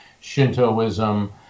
Shintoism